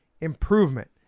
improvement